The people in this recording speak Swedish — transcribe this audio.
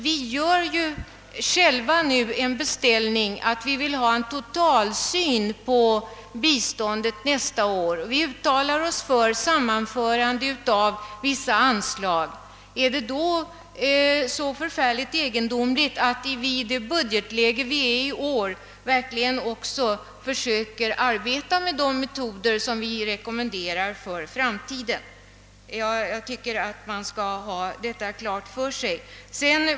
Vi gör ju själva en beställning på att till nästa år få en total översyn av biståndsverksamheten. Vi uttalar oss för sammanförande av vissa anslag. Är det då så egendomligt att vi i det budgetläge i vilket vi befinner oss också verkligen försöker att arbeta med de metoder vi rekommenderar för framtiden? Jag tycker man skall ha detta klart för sig.